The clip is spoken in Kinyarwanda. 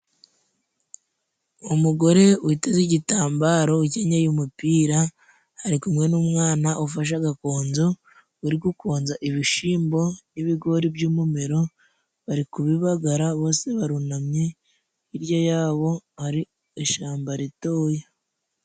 Umugore witeze igitambaro ukenyeye umupira ari kumwe n'umwana, ufashe gakonzo uri gukonza ibishyimbo n'ibigori by'umumero bari kubibagara bose barunamye, hirya yabo ari ishyamba ritoya.